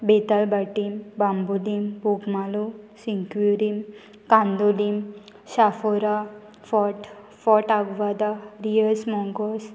Betal Batim Bambolim Bogmalo Sinquerim Candolim Chapora fort fort Aguada Reis mongoose